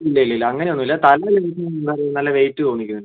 ഇല്ല ഇല്ല അങ്ങനെ ഒന്നും ഇല്ല തല എന്തോ നല്ല വെയ്റ്റ് തോന്നിക്കുന്നുണ്ട്